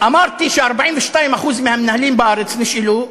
אמרתי ש-42% מהמנהלים בארץ שנשאלו,